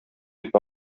итне